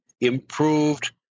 improved